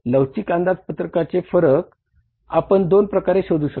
लवचिक अंदाजपत्रकाचे फरक आपण दोन प्रकारे शोधू शकता